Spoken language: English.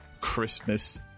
Christmas